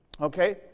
Okay